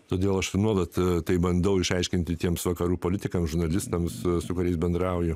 todėl aš nuolat tai bandau išaiškinti tiems vakarų politikams žurnalistams su kuriais bendrauju